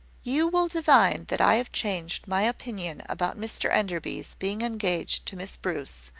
you will divine that i have changed my opinion about mr enderby's being engaged to miss bruce,